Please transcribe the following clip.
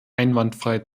einwandfrei